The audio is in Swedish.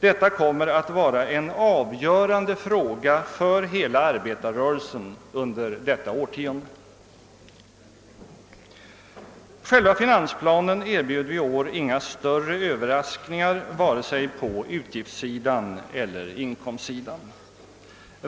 Detta kommer att vara en avgörande fråga för hela arbetarrörelsen under detta årtionde. Själva finansplanen erbjöd i år inga. större överraskningar vare sig på utgiftssidan eller på inkomstsidan.